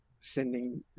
sending